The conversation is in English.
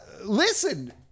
Listen